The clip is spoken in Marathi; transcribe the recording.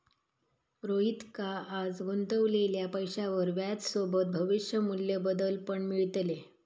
रोहितका आज गुंतवलेल्या पैशावर व्याजसोबत भविष्य मू्ल्य बदल पण मिळतले